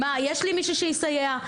יש לי מישהו שיסייע?